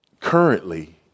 Currently